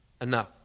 enough